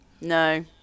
No